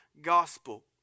gospel